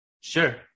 Sure